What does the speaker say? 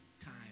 time